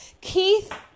Keith